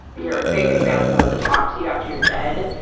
your great-great-grandson wants to talk to you after you're dead,